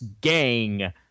Gang